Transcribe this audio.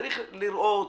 צריך לראות